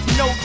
no